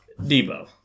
Debo